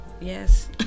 Yes